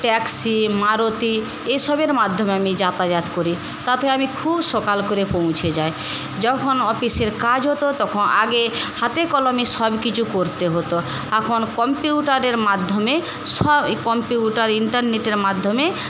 taxi Maruti এইসবের মাধ্যমে আমি যাতায়াত করি তাতে আমি খুব সকাল করে পৌঁছে যাই যখন অফিসের কাজ হত তখন আগে হাতে কলমে সবকিছু করতে হত এখন কম্পিউটারের মাধ্যমে কম্পিউটার ইন্টারনেটের মাধ্যমে